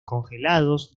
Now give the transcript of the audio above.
congelados